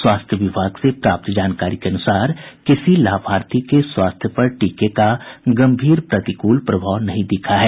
स्वास्थ्य विभाग से प्राप्त जानकारी के अनुसार किसी लाभार्थी के स्वास्थ्य पर टीके का गम्भीर प्रतिकूल प्रभाव नहीं दिखा है